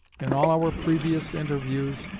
in all our previous interviews,